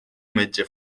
metge